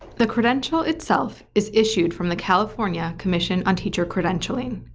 the credential itself is issued from the california commission on teacher credentialing.